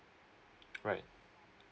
right